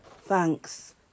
Thanks